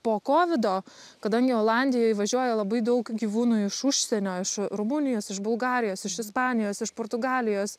po kovido kadangi olandijoj važiuoja labai daug gyvūnų iš užsienio iš rumunijos iš bulgarijos iš ispanijos iš portugalijos